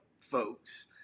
folks